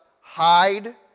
hide